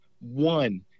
one